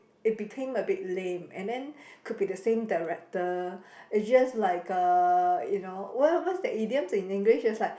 it became a bit lame and then could be the same director it's just like uh you know what what's that idioms in English just like